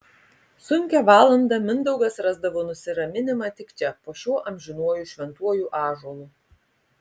sunkią valandą mindaugas rasdavo nusiraminimą tik čia po šiuo amžinuoju šventuoju ąžuolu